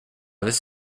this